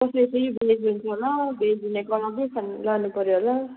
कोही कोही फेरि भेज हुन्छ होला भेज हुनेको अलग्गै खाना लानु पर्यो होला